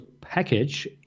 package